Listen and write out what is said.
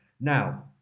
Now